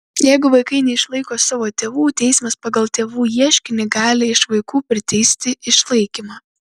jeigu vaikai neišlaiko savo tėvų teismas pagal tėvų ieškinį gali iš vaikų priteisti išlaikymą